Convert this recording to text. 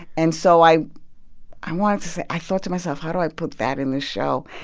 and so i i wanted to say i thought to myself, how do i put that in the show?